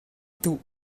tuk